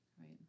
Right